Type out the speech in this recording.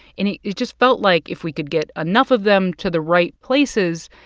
and it it just felt like if we could get enough of them to the right places,